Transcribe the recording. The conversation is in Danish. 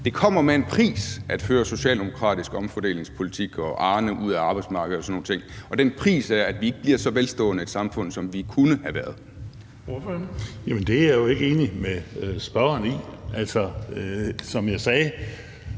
det kommer med en pris at føre socialdemokratisk omfordelingspolitik, at få Arne ud af arbejdsmarkedet og sådan nogle ting, og den pris er, at vi ikke bliver et så velstående samfund, som vi kunne have været. Kl. 17:02 Den fg. formand (Erling Bonnesen):